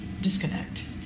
disconnect